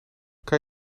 kan